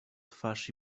twarz